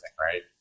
right